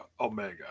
Omega